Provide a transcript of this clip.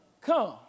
come